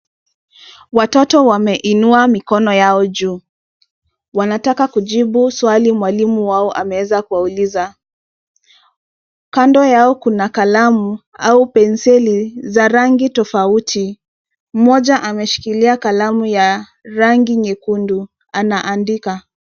Watoto wameinua mikono yao juu, wanataka kujibu swali mwalimu wao ameweza kuwauliza. Kando yao kuna kalamu au penseli za rangi tofauti. Mmoja ameshikilia kalamu ya rangi nyekundu, anaandika.